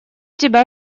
тебя